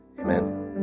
Amen